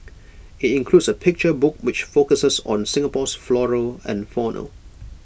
IT includes A picture book which focuses on Singapore's flora and fauna